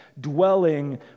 dwelling